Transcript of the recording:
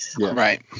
right